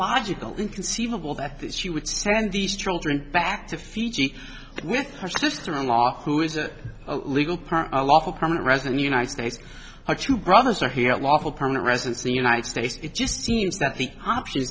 illogical inconceivable that she would send these children back to fiji with her sister in law who is a legal parent a lawful permanent resident united states a two brothers are here not lawful permanent resident of the united states it just seems that the option